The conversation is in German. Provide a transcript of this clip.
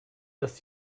dass